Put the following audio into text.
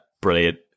brilliant